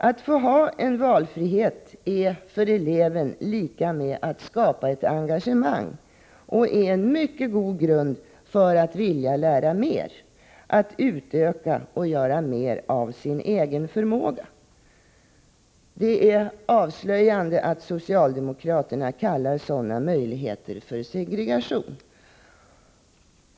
Att få ha en valfrihet är för eleven lika med att skapa ett engagemang, och det är en mycket god grund för att vilja lära mer, att utöka och göra mer av sin egen förmåga. Det är avslöjande att socialdemokraterna kallar sådana möjligheter för segregation.